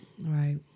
right